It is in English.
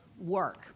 work